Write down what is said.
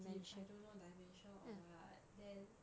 de~ I don't know dementia or what then